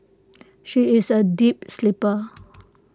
she is A deep sleeper